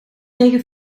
tegen